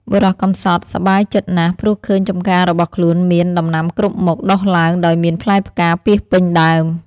បុរសកំសត់សប្បាយចិត្ត ណាស់ ព្រោះឃើញចំការរបស់ខ្លួន មានដំណាំគ្រប់មុខ ដុះឡើងដោយមានផ្លែផ្កាពាសពេញដើម ។